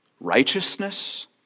righteousness